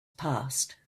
passed